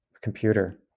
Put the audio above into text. computer